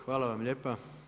Hvala vam lijepa.